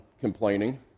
complaining